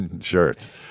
shirts